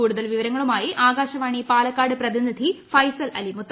കൂടുതൽ വിവരങ്ങളുമായി ആകാശവാണി പാലക്കാട് പ്രതിനിധി ഫൈസൽ അലിമുത്ത്